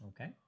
Okay